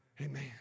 Amen